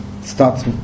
starts